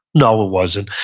no, it wasn't.